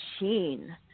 machine